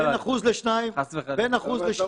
לא, חס וחלילה.